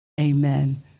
amen